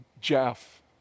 Jeff